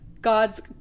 God's